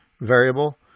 variable